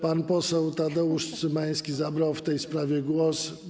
Pan poseł Tadeusz Cymański zabrał w tej sprawie głos.